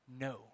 No